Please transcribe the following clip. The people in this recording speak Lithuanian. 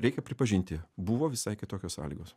reikia pripažinti buvo visai kitokios sąlygos